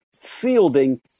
fielding